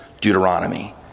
Deuteronomy